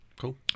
cool